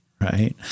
Right